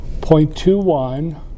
0.21